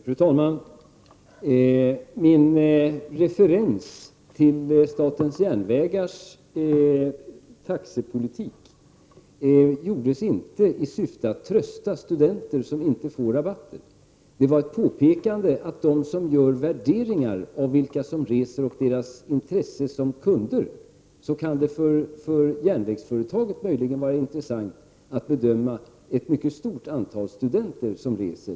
Fru talman! Min referens till SJ:s taxepolitik gjordes inte i syfte att trösta studenter som inte får reserabatter. Det var ett påpekande om att det för järnvägsföretaget, som gör värderingar av vilka som reser och hur intressanta de är som kunder, också kan vara intressant att bedöma ett mycket stort antal studenter som reser.